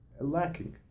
lacking